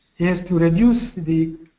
he has to reduce the